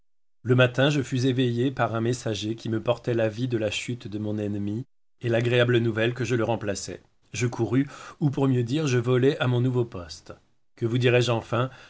le matin je fus éveillé par un messager qui me portait l'avis de la chute de mon ennemi et l'agréable nouvelle que je le remplaçais je courrus ou pour mieux dire je volai à mon nouveau poste que vous dirai-je enfin